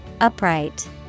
Upright